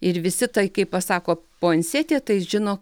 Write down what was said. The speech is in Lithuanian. ir visi tai kaip pasako puansetija tai žino